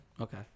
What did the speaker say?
Okay